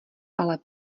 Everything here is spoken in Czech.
ale